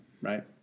right